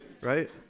right